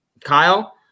Kyle